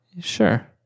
Sure